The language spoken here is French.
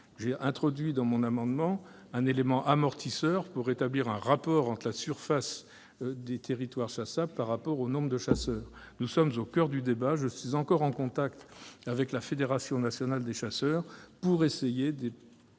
J'ai introduit dans mon amendement à ce sujet un élément amortisseur pour établir un rapport entre la surface des territoires chassables et le nombre de chasseurs. Nous sommes là au coeur du débat, je suis encore en contact avec la Fédération nationale des chasseurs pour tenter